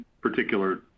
particular